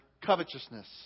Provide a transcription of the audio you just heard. covetousness